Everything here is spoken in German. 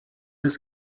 des